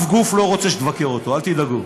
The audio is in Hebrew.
שום גוף לא רוצה שתבקר אותו, אל תדאגו.